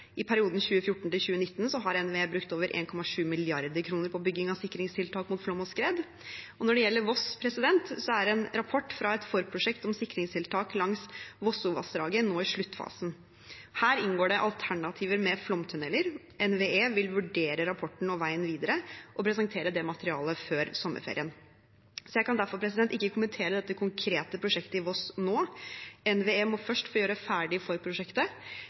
I perioden 2014–2019 har NVE brukt over 1,7 mrd. kr på bygging av sikringstiltak mot flom og skred. Når det gjelder Voss, er en rapport fra et forprosjekt om sikringstiltak langs Vossovassdraget nå i sluttfasen. Her inngår det alternativer med flomtunneler. NVE vil vurdere rapporten og veien videre og presentere det materialet før sommerferien. Jeg kan derfor ikke kommentere det konkrete prosjektet i Voss nå. NVE må først få gjøre ferdig